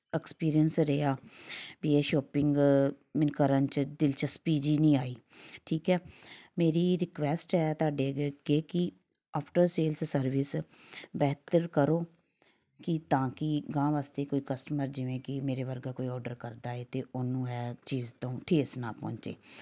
experience ਰਿਹਾ ਵੀ ਇਹ ਸ਼ੋਪਿੰਗ ਮੈਨੂੰ ਕਰਨ 'ਚ ਦਿਲਚਸਪੀ ਜਿਹੀ ਨਹੀਂ ਆਈ ਠੀਕ ਹੈ ਮੇਰੀ ਰਿਕੁਐਸਟ ਹੈ ਤੁਹਾਡੇ ਅੱਗੇ ਕਿ ਕਿ ਆਫਟਰ ਸੇਲਸ ਸਰਵਿਸ ਬਿਹਤਰ ਕਰੋ ਕਿ ਤਾਂ ਕਿ ਅਗਾਂਹ ਵਾਸਤੇ ਕੋਈ ਕਸਟਮਰ ਜਿਵੇਂ ਕਿ ਮੇਰੇ ਵਰਗਾ ਕੋਈ ਔਡਰ ਕਰਦਾ ਹੈ ਤਾਂ ਉਹਨੂੰ ਐਂ ਚੀਜ਼ ਤੋਂ ਠੇਸ ਨਾ ਪਹੁੰਚੇ